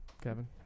Kevin